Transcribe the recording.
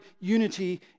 unity